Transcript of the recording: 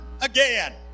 again